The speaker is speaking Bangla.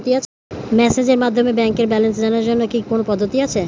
মেসেজের মাধ্যমে ব্যাংকের ব্যালেন্স জানার কি কোন পদ্ধতি আছে?